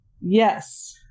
Yes